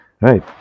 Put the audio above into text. Right